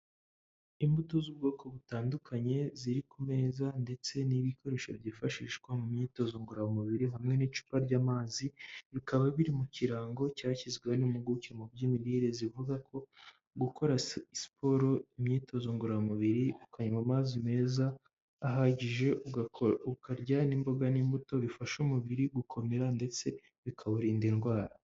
Imbuto z'ubwoko butandukanye ziri ku meza ndetse n'ibikoresho byifashishwa mu myitozo ngororamubiri hamwe n'icupa ry'amazi bikaba biri mu kirango cyashyizwe n'impuguke mu by'imirire zivuga ko gukora siporo imyitozo ngororamubiri ukanywa amazi meza ahagije ukarya n'imboga n'imbuto bifasha umubiri gukomera ndetse bikawurinda indwara.